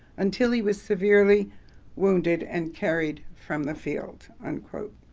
until he was severely wounded and carried from the field, unquote.